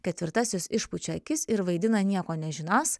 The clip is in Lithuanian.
ketvirtasis išpučia akis ir vaidina nieko nežinąs